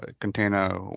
container